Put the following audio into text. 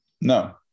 No